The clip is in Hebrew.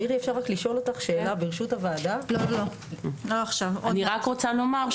אני רק רוצה לומר,